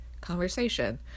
conversation